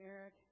Eric